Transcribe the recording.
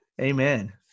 Amen